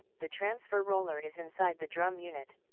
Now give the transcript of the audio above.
the transfer roller is inside the drum unit.